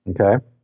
Okay